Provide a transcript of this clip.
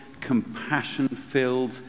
compassion-filled